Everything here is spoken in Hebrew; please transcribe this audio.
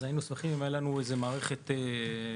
היינו שמחים אם הייתה לנו איזו מערכת הסכמים